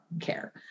care